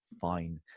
fine